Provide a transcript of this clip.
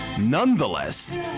Nonetheless